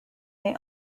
may